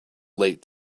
late